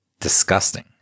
disgusting